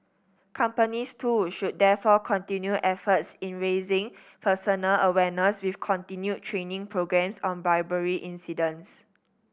companies too should therefore continue efforts in raising personal awareness with continued training programmes on bribery incidents